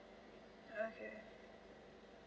okay